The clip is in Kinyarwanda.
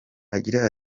agira